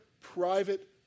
private